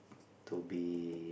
to be